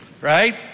Right